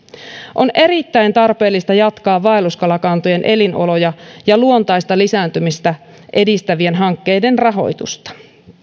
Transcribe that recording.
on erittäin tarpeellista jatkaa vaelluskalakantojen elinoloja ja luontaista lisääntymistä edistävien hankkeiden rahoitusta